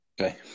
Okay